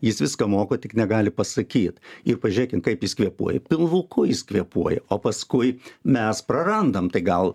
jis viską moka tik negali pasakyt ir pažiūrėkim kaip jis kvėpuoja pilvuku jis kvėpuoja o paskui mes prarandam tai gal